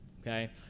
Okay